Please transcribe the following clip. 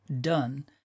done